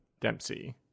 Dempsey